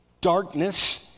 darkness